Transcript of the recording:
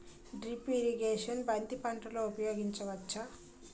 Drip irrigation బంతి పంటలో ఊపయోగించచ్చ?